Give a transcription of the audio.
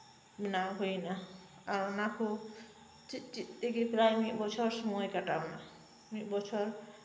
ᱵᱮᱱᱟᱣ ᱦᱩᱭ ᱮᱱᱟ ᱚᱱᱟ ᱦᱚᱸ ᱪᱮᱫ ᱪᱮᱫ ᱛᱮᱜᱮ ᱯᱨᱟᱭ ᱢᱤᱫ ᱵᱚᱪᱷᱚᱨ ᱥᱚᱢᱚᱭ ᱠᱟᱴᱟᱣ ᱮᱱᱟ